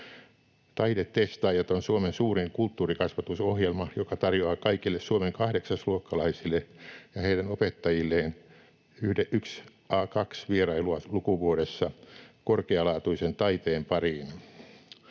Taidetestaajat on Suomen suurin kulttuurikasvatusohjelma, joka tarjoaa kaikille Suomen 8-luokkalaisille ja heidän opettajilleen 1—2 vierailua lukuvuodessa korkealaatuisen taiteen pariin.